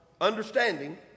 understanding